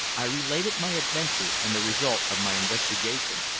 i related my adventure and the result of my investigation.